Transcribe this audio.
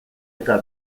eta